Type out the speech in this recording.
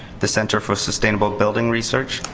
the center for sustainable building research,